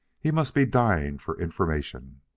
he must be dying for information.